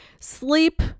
sleep